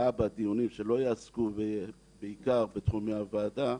להבא, דיונים שלא יעסקו בעיקר בתחומי הוועדה,